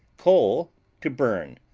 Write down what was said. coal to burn,